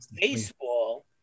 baseball